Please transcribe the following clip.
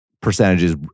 percentages